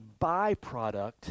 byproduct